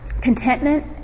Contentment